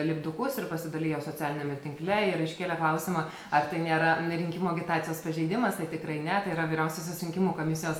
lipdukus ir pasidalijo socialiniame tinkle ir iškėlė klausimą ar tai nėra rinkimų agitacijos pažeidimas tai tikrai ne tai yra vyriausiosios rinkimų komisijos